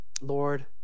Lord